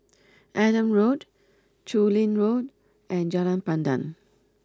Adam Road Chu Lin Road and Jalan Pandan